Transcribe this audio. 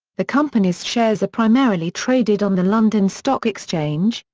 the company's shares are primarily traded on the london stock exchange,